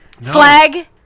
Slag